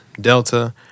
Delta